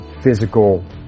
physical